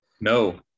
no